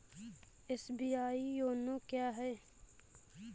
SBI YONO क्या है?